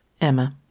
Emma